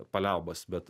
paliaubas bet